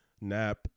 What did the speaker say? nap